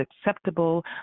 acceptable